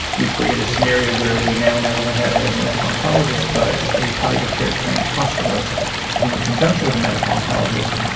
we created a scenario where we now not only had a medical oncologist but a palliative care trained hospitalist who, in conjunction with a medical oncologist,